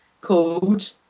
called